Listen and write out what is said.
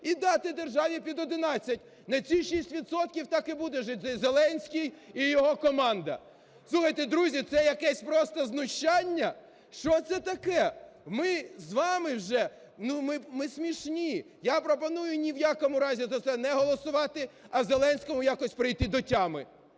і дати державі під 11. На ці 6 відсотків так і буде жити і Зеленський, і його команда. Слухайте, друзі, це якесь просто знущання! Що це таке? Ми з вами вже, ми смішні! Я пропоную ні в якому разі за це не голосувати, а Зеленському якось прийти до тями.